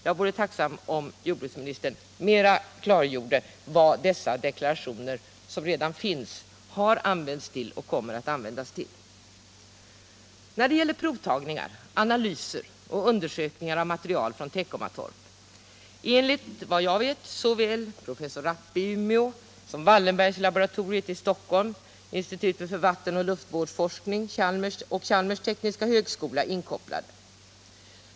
Jag vore tacksam om jordbruksministern ville bättre klargöra vad de deklarationer som redan finns har använts till och vad de kommer att användas till. När det gäller provtagningar, analyser och undersökningar av material från Teckomatorp är enligt vad jag vet såväl professor Rappe i Umeå som Wallenberglaboratoriet i Stockholm, institutet för vattenoch luftvårdsforskning och Chalmers tekniska högskola inkopplade.